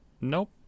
Nope